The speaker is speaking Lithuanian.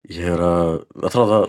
jie yra atrodo